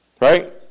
right